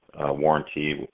warranty